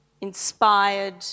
inspired